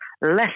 less